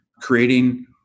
creating